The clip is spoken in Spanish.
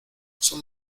son